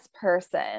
person